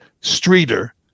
streeter